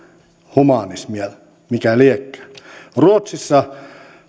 humanismia mitä liekään ruotsissa